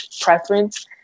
preference